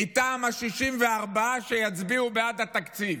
מטעם ה-64 שיצביעו בעד התקציב.